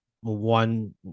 one